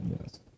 yes